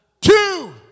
two